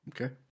Okay